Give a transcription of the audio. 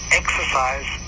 exercise